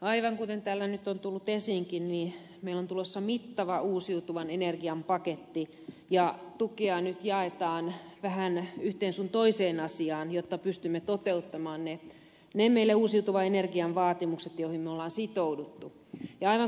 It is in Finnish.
aivan kuten täällä nyt on tullut esiinkin meille on tulossa mittava uusiutuvan energian paketti ja tukea nyt jaetaan vähän yhteen sun toiseen asiaan jotta pystymme toteuttamaan ne uusiutuvan energian vaatimukset meille joihin me olemme sitoutuneet